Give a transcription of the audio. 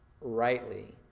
rightly